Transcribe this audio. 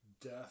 death